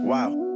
Wow